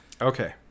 okay